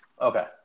Okay